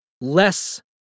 Less